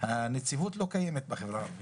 הנציבות לא קיימת בחברה הערבית.